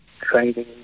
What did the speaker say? training